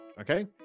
okay